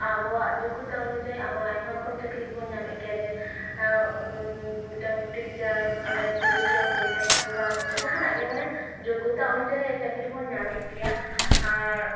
ᱟᱵᱚᱣᱟᱜ ᱡᱳᱜᱽᱜᱚᱛᱟ ᱚᱱᱩᱡᱟᱭᱤ ᱟᱢᱟᱜ ᱟᱭᱢᱟ ᱨᱚᱠᱚᱢ ᱪᱟᱹᱠᱨᱤ ᱠᱚᱵᱚᱱ ᱧᱟᱢᱮᱫ ᱜᱮᱭᱟ ᱢᱤᱫᱴᱟᱝ ᱴᱤᱪᱟᱨ ᱦᱩᱭᱱᱟ ᱯᱩᱞᱤᱥᱮ ᱦᱩᱭᱱᱟ ᱠᱤᱝᱵᱟ ᱡᱟᱦᱟᱱᱟᱜ ᱜᱮ ᱢᱟᱱᱮ ᱡᱳᱜᱽᱜᱚᱛᱟ ᱚᱱᱩᱡᱟᱭᱤ ᱪᱟᱹᱠᱨᱤ ᱵᱚᱱ ᱧᱟᱢᱮᱫ ᱜᱮᱭᱟ ᱟᱨ